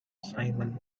simon